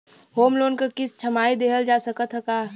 Home loan क किस्त छमाही देहल जा सकत ह का?